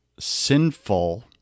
Sinful